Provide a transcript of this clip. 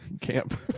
camp